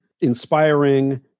inspiring